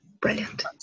Brilliant